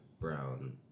brown